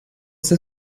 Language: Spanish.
esa